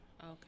Okay